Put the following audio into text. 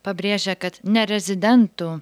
pabrėžia kad ne rezidentų